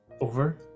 Over